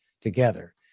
together